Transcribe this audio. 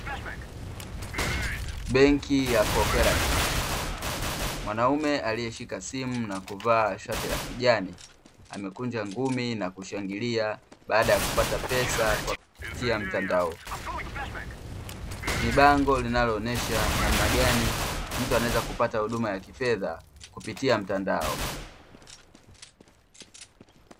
Benki ya koperativu. Mwanaume aliyeshika simu na kuvaa shati la kijani amekunja ngumi na kushangilia baada ya kupata pesa kwa kupitia mtandao, ni bango linalo onyesha namnagani mtu anawezakupata huduma ya kifedha kupitia mtandao.